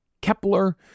Kepler